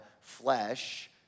flesh